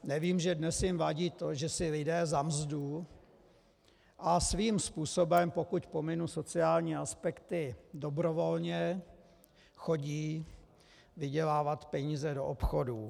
Nevím, že dnes jim vadí, že si lidé za mzdu a svým způsobem, pokud pominu sociální aspekty, dobrovolně chodí vydělávat peníze do obchodů.